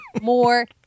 more